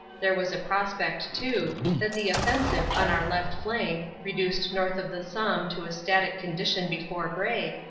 there was a prospect, too, that the offensive on our left flank, reduced north of the somme to a static condition before bray,